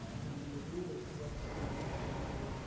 and the rule, of westphalian sovereignty,